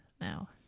now